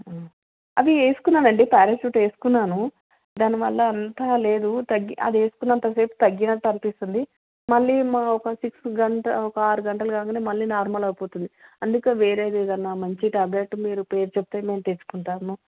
అవి వేసుకున్నాను అండి పారాషూటు వేసుకున్నాను దానివల్ల అంత లేదు తగ్గి అది వేసుకున్నంతసేపు తగ్గినట్టు అనిపిస్తుంది మళ్ళీ మా ఒక సిక్స్ గంట ఒక ఆరు గంటలు కాగనే మళ్ళీ నార్మల్ అయిపోతుంది అందుకని వేరేది ఏదన్న మంచి టాబ్లెట్ మీరు పేరు చెప్తే మేము తెచ్చుకుంటాము